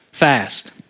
fast